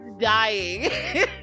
dying